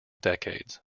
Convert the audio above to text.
decades